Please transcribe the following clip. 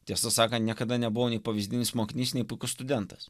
tiesą sakant niekada nebuvau nei pavyzdinis mokinys nei puikus studentas